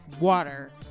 water